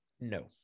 No